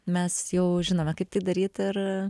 mes jau žinome kaip tai daryt ir